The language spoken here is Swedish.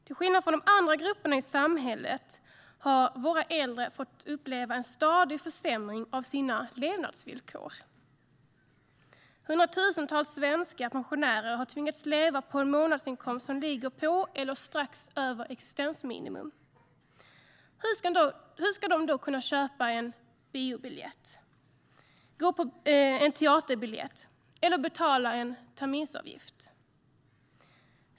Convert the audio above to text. Till skillnad från andra grupper i samhället har våra äldre fått uppleva en stadig försämring av sina levnadsvillkor. Hundratusentals svenska pensionärer har tvingats leva på en månadsinkomst som ligger på eller strax över existensminimum. Hur ska de då kunna köpa en biobiljett, en teaterbiljett eller betala en terminsavgift?